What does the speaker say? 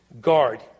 Guard